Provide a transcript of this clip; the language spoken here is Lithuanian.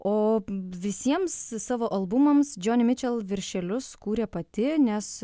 o visiems savo albumams džioni mičel viršelius kūrė pati nes